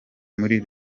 muri